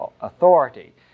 authority